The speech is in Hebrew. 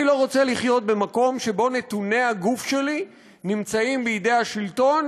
אני לא רוצה לחיות במקום שבו נתוני הגוף שלי נמצאים בידי השלטון,